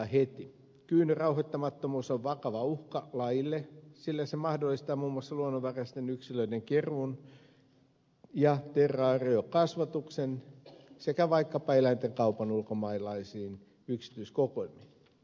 kyyn rauhoittamattomuus on vakava uhka lajille sillä se mahdollistaa muun muassa luonnonvaraisten yksilöiden keruun ja terraariokasvatuksen sekä vaikkapa eläinten kaupan ulkomaalaisiin yksityiskokoelmiin